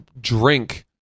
drink